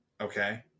Okay